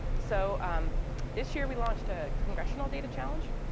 so um this year, we launched a congressional data challenge.